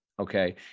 Okay